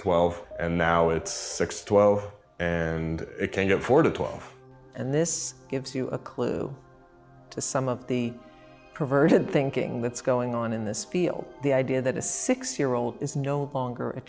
twelve and now it's six twelve and it can't afford a toy and this gives you a clue to some of the perverted thinking that's going on in this field the idea that a six year old is no longer a